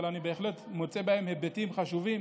אבל אני בהחלט מוצא היבטים חשובים